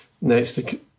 next